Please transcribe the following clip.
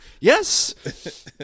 Yes